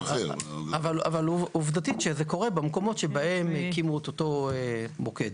אבל עובדתית זה קורה במקומות שבהם הקימו את אותו מוקד.